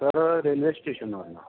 sir railway स्टेशनवरून